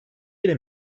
yere